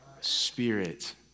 Spirit